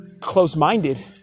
close-minded